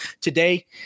today